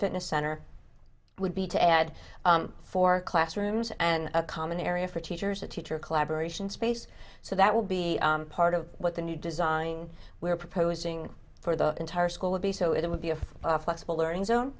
fitness center would be to add four classrooms and a common area for teachers a teacher a collaboration space so that will be part of what the new design we're proposing for the entire school would be so it would be a flexible learning zone